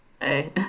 Hey